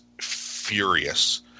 furious